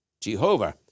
Jehovah